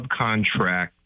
subcontract